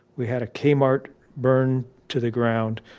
we had a kmart burn to the ground.